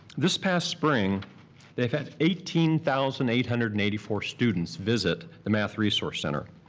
this past spring they've had eighteen thousand eight hundred and eighty four students visit the math resource center.